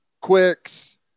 quicks